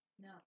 no